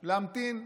להמתין,